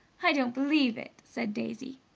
i don't believe it! said daisy.